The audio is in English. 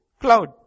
cloud